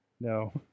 No